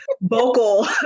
vocal